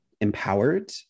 empowered